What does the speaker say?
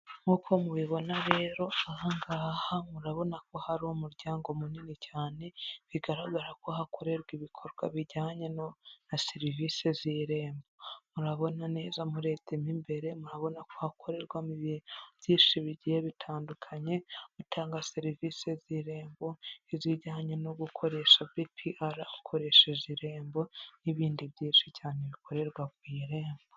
Nk'uko mubibona rero aha ngaha murabona ko hari umuryango munini cyane, bigaragara ko hakorerwa ibikorwa bijyanye no na serivisi z'irembo, murabona neza murebyemo imbere murabona ko hakorerwamo ibintu byinshi bigiye bitandukanye, gutanga serivisi z'irembo n'izijyanye no gukoresha BPR ukoresheje irembo, n'ibindi byinshi cyane bikorerwa ku irembo.